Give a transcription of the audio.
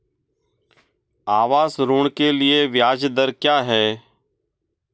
आवास ऋण के लिए ब्याज दर क्या हैं?